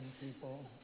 people